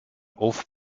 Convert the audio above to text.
off